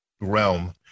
realm